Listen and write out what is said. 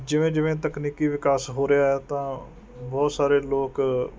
ਜਿਵੇਂ ਜਿਵੇਂ ਤਕਨੀਕੀ ਵਿਕਾਸ ਹੋ ਰਿਹਾ ਹੈ ਤਾਂ ਬਹੁਤ ਸਾਰੇ ਲੋਕ